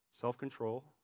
Self-control